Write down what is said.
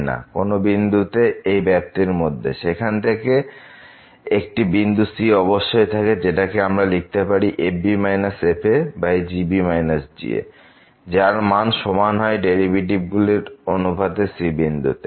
এই ব্যাপ্তির মধ্যে কোন বিন্দুতে সেখানে একটি বিন্দু c অবশ্যই থাকে যেটাকে আমরা লিখতে পারি fb f gb g যার মান সমান হয় ডেরিভেটিভ গুলির অনুপাতে c বিন্দুতে